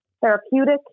therapeutic